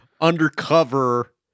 undercover